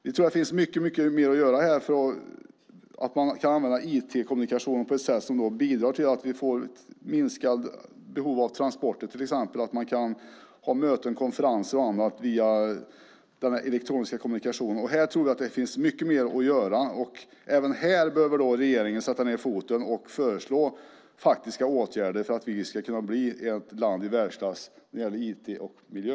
Vi tror att det finns mycket mer att göra här, så att man kan använda IT-kommunikation på ett sådant sätt att det bidrar till att vi får mindre behov av transporter, till exempel genom att ha möten och konferenser via elektronisk kommunikation. Här tror jag att det finns mycket mer att göra. Även här behöver regeringen sätta ned foten och föreslå faktiska åtgärder för att vi ska kunna bli ett land i världsklass när det gäller IT och miljö.